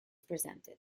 presented